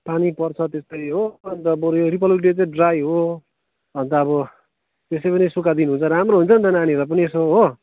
पानी पर्छ त्यत्तै हो अन्त बरू यो रिपब्लिक डे चाहिँ ड्राई हो अन्त अब त्यसै पनि सुखा दिन हुन्छ राम्रो हुन्छ नि त नानीहरूलाई पनि यसो हो